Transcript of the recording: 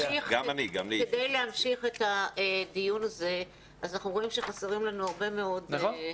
כדי להמשיך את הדיון הזה אנחנו רואים שחסרים לנו הרבה דברים.